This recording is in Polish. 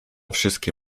wszystkie